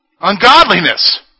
Ungodliness